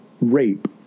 Rape